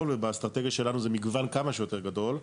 ובאסטרטגיה שלנו זה מגוון כמה שיותר גדול.